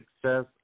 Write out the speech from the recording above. success